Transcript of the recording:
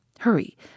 Hurry